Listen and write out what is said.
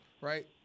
right